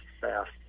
fast